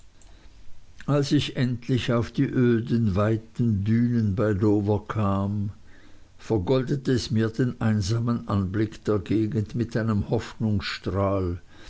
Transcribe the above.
als ich endlich auf die öden weiten dünen bei dover kam vergoldete es mir den einsamen anblick der gegend mit einem hoffnungstrahl